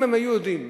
אם הם היו יודעים,